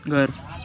घर